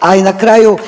A i na kraju